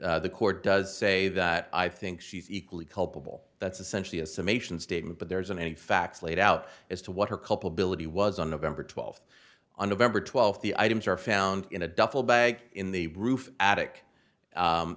she the court does say that i think she's equally culpable that's essentially a summation statement but there isn't any facts laid out as to what her culpability was on november twelfth on november twelfth the items are found in a duffel bag in the roof a